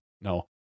no